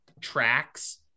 tracks